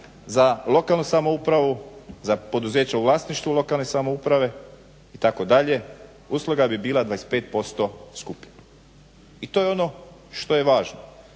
za lokalnu samoupravu, za poduzeća u vlasništvu lokalne samouprave itd. usluga bi bila 25% skuplja i to je ono što je važno.